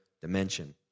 dimension